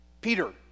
Peter